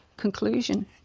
conclusion